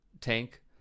Tank